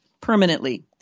permanently